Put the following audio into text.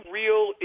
real